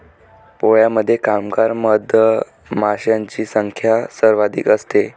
पोळ्यामध्ये कामगार मधमाशांची संख्या सर्वाधिक असते